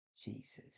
Jesus